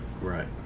Right